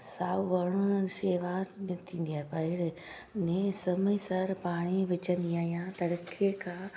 साओ वणु सेवा न थींदी आहे ॿाहिरि अने समय सर पाणी विझंदी आहियां त रखे खां